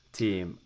team